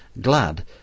glad